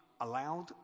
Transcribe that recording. allowed